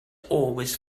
always